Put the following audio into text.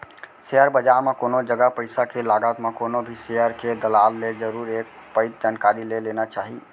share बजार म कोनो जगा पइसा के लगात म कोनो भी सेयर के दलाल ले जरुर एक पइत जानकारी ले लेना चाही